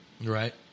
Right